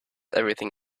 everything